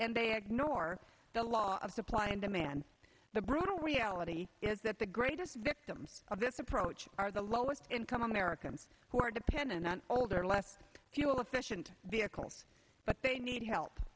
and they ignore the law of supply and demand the broader reality is that the greatest victims of this approach are the lowest income americans who are dependent on older less fuel efficient vehicles but they need help